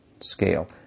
scale